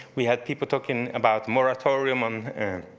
we had people talking about moratorium, and